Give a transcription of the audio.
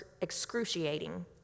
excruciating